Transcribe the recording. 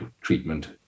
treatment